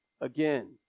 again